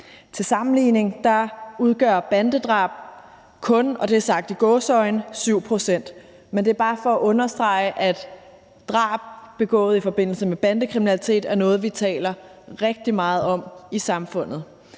Til sammenligning udgør bandedrab kun – og det er sagt i gåseøjne – 7 pct., men det er bare for at understrege, at drab begået i forbindelse med bandekriminalitet er noget, som vi taler rigtig meget om i samfundet.